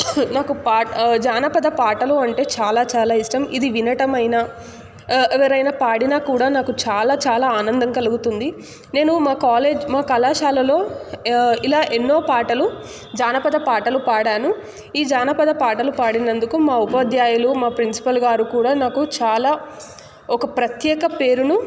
నాకు పాట జానపద పాటలు అంటే చాలా చాలా ఇష్టం ఇది వినటమైన ఎవరైనా పాడిన కూడా నాకు చాలా చాలా ఆనందంగా కలుగుతుంది నేను మా కాలేజ్ మా కళాశాలలో ఇలా ఎన్నో పాటలు జానపద పాటలు పాడాను ఈ జానపద పాటలు పాడినందుకు మా ఉపాధ్యాయులు మా ప్రిన్సిపాల్ గారు కూడా నాకు చాలా ఒక ప్రత్యేక పేరును